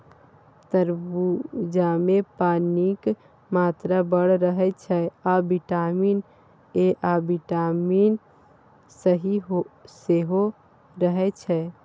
तरबुजामे पानिक मात्रा बड़ रहय छै आ बिटामिन ए आ बिटामिन सी सेहो रहय छै